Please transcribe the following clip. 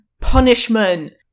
Punishment